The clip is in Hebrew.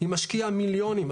היא משקיעה מיליונים,